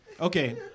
okay